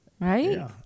Right